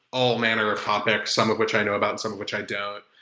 all manner of objects, some of which i know about, some of which i don't.